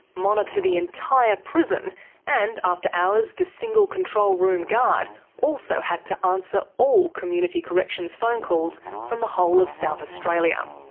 monitor the entire prison and, after hours, the single control room guard also had to answer all community corrections phone calls from the whole of south australia.